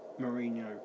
Mourinho